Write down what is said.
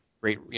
great